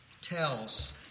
tells